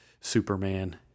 superman